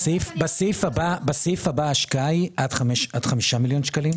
בסעיף הבא ההשקעה היא עד 5 מיליון שקלים.